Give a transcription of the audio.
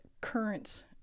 current